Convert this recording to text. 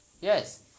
Yes